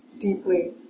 deeply